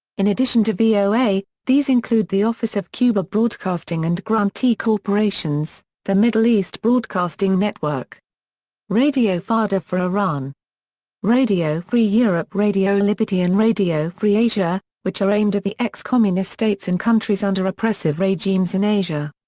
in addition to voa, these include the office of cuba broadcasting and grantee corporations the middle east broadcasting network radio farda for iran radio free europe radio liberty and radio free asia, which are aimed at the ex-communist states and countries under oppressive regimes in asia.